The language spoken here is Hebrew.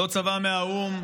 לא צבא מהאו"ם,